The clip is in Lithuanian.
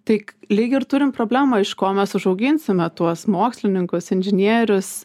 tai k lyg ir turim problemą iš ko mes užauginsime tuos mokslininkus inžinierius